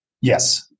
Yes